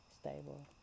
stable